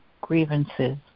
Grievances